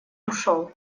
ушел